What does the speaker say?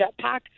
jetpack